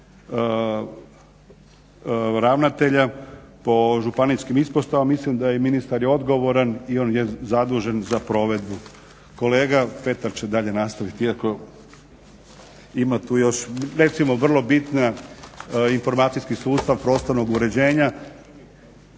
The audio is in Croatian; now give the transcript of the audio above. ravnatelja po županijskim ispostavama mislim da i ministar je odgovoran i on je zadužen za provedbu. Kolega Petar će dalje nastaviti iako ima tu još recimo vrlo bitna informacijski sustav prostornog uređenja.